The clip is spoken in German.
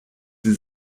sie